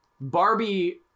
Barbie